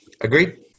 Agreed